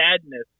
sadness